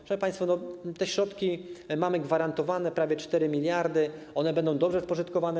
Szanowni państwo, te środki mamy gwarantowane, prawie 4 mld, one będą dobrze spożytkowane.